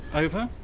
over.